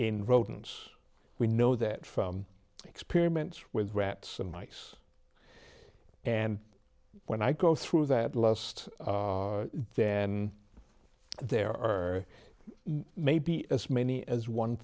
in rodents we know that experiments with rats and mice and when i go through that last then there are maybe as many as one